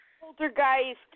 Poltergeist